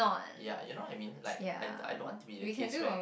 ya you know what I mean like I I don't want to be in the case where